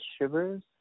Shivers